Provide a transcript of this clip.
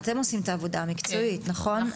אתם עושים את העבודה המקצועית נכון?